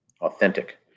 authentic